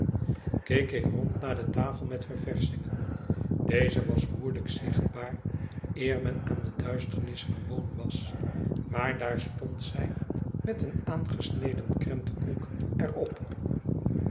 keek ik rond naar de tafel met ververschingen deze was moeielijk zichtbaar eer men aan de duisternis gewoon was maar daar stond zij met een aangesneden krentenkoek er op